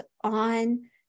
on